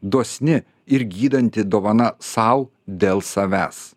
dosni ir gydanti dovana sau dėl savęs